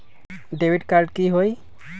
Debit card की होई?